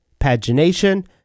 pagination